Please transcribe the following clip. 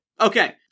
Okay